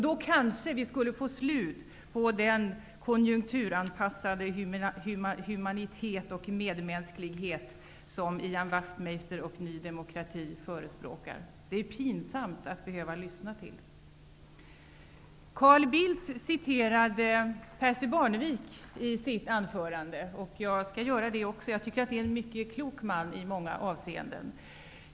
Då kanske vi skulle få slut på den konjunkturanpassade humanitet och medmänsklighet som Ian Wachtmeister och Ny demokrati förespråkar. Det är pinsamt att behöva lyssna till. Carl Bildt citerade Percy Barnevik i sitt anförande, och jag skall också göra det. Jag tycker att det är en mycket klok man i många avseenden.